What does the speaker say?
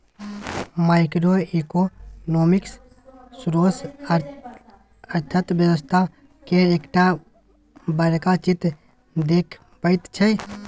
micro economics सौसें अर्थक व्यवस्था केर एकटा बड़का चित्र देखबैत छै